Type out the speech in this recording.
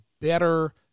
better